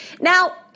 Now